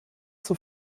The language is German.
zur